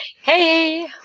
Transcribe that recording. Hey